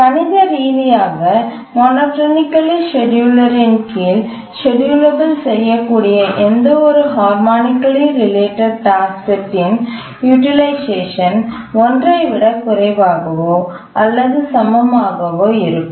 கணித ரீதியாக மோனோடோனிக் ஸ்கேட்யூலர்ன் கீழ் ஷெட்யூல் செய்யக்கூடிய எந்தவொரு ஹார்மாநிகலி ரிலேட்டட் டாஸ்க் செட்டின் யூடில்ஐஸ்சேஷன் ஒன்றைவிட விட குறைவாகவோ அல்லது சமமாகவோ இருக்கும்